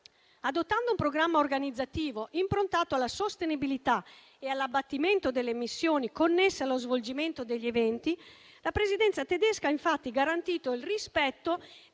Adottando un programma organizzativo improntato alla sostenibilità e all'abbattimento delle emissioni connesse allo svolgimento degli eventi, la Presidenza tedesca ha garantito il rispetto